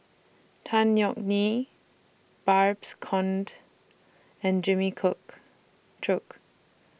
Tan Yeok Nee Babes Conde and Jimmy Cook Chok